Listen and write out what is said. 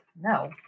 no